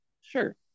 sure